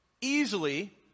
easily